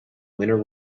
winner